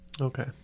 Okay